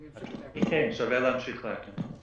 כן, שווה להמשיך לאכן.